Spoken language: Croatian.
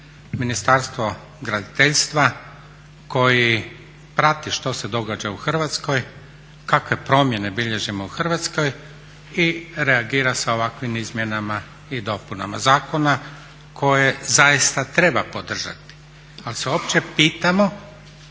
Ministarstvo graditeljstva koji prati što se događa u Hrvatskoj, kakve promjene bilježimo u Hrvatskoj i reagira sa ovakvim izmjenama i dopunama zakona koje zaista treba podržati, ali se uopće pitamo